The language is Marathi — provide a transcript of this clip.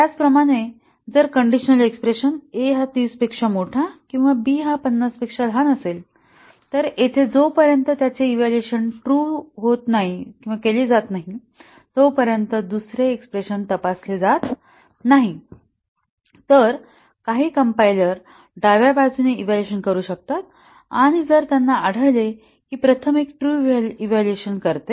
त्याचप्रमाणे जर कंडिशनल एक्स्प्रेशन a 30 किंवा b 50 असेल तर येथे जोपर्यंत त्याचे इव्हॅल्युएशन ट्रू केले जात नाही तोपर्यंत दुसरे तपासले जात नाही तर काही कंपाईलर डाव्या बाजूने इव्हॅल्युएशन करू शकेल आणि जर त्यांना आढळले की प्रथम एक ट्रू इव्हॅल्युएशन करते